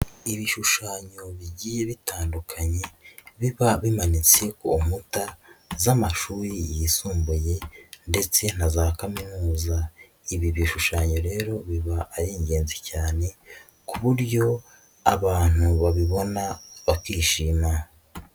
Ibishushanyo bigiye bitandukanye biba bimanitse ku nkuta z'amashuri yisumbuye ndetse na za kaminuza, ibi bishushanyo rero biba ari ingenzi cyane ku buryo abantu babibona bakishima.